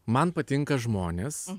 man patinka žmonės